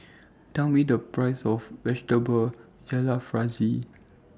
Tell Me The Price of Vegetable Jalfrezi